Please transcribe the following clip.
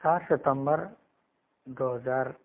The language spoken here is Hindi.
चार सितम्बर दो हजार